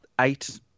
eight